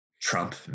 Trump